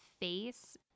face